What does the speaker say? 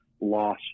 loss